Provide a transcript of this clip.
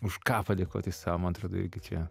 už ką padėkoti sau man atrodo irgi čia